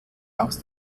aus